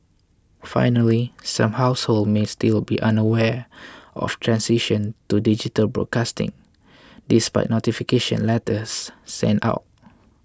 finally some households may still be unaware of transition to digital broadcasting despite notification letters sent out